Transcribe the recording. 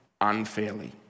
unfairly